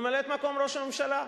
ממלאת-מקום ראש הממשלה.